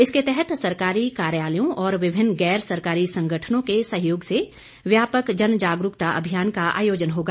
इसके तहत सरकारी कार्यालयों और विभिन्न गैर सरकारी संगठनों के सहयोग से व्यापक जन जागरूकता अभियान का आयोजन होगा